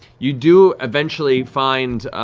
you do eventually find